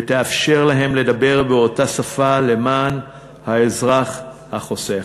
ותאפשר להם לדבר באותה שפה למען האזרח החוסך.